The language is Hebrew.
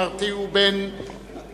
מר תיאו בן גורירב,